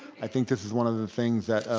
i think this is one of the things that,